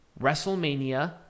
WrestleMania